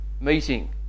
meeting